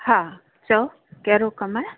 हा चओ कहिड़ो कम आहे